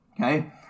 Okay